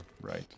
right